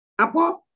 Apo